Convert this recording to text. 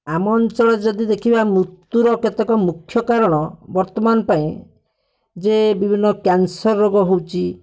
ଆମ ଅଞ୍ଚଳରେ ଯଦି ଦେଖିବା ମୃତ୍ୟୁର କେତେକ ମୁଖ୍ୟ କାରଣ ବର୍ତ୍ତମାନ ପାଇଁ ଯେ ବିଭିନ୍ନ କ୍ୟାନ୍ସର୍ ରୋଗ ହେଉଛି